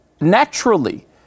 naturally